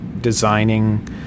designing